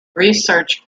research